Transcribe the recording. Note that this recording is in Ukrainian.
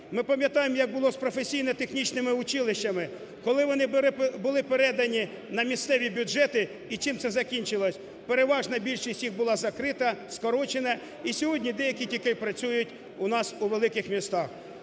ми пам'ятаємо як було з професійно-технічними училищами, коли вони були передані на місцеві бюджети і цим це закінчилось, переважна більшість їх була закрита, скорочена. І сьогодні деякі тільки працюють у нас у великих містах.